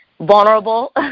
vulnerable